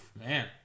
man